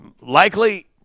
Likely